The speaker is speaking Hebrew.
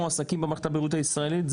מועסקים במערכת הבריאות הישראלית?